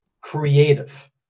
creative